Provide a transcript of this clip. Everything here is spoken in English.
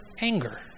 anger